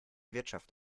wirtschaft